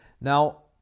Now